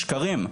שקרים.